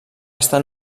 estar